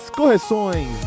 correções